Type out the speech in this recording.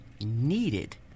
needed